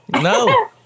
No